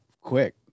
quick